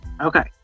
Okay